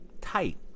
tight